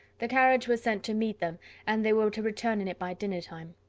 the carriage was sent to meet them and they were to return in it by dinner-time.